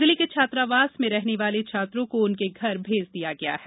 जिले के छात्रावास में रहने वाले छात्रों को उनके घर भेज दिया गया है